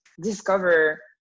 discover